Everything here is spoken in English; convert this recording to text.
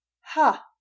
Ha